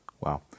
Wow